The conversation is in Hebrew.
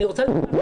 אני רוצה לדבר על